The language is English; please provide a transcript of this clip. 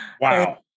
Wow